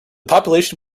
population